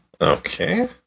Okay